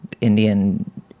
Indian